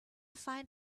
find